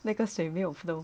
那个水没有 flow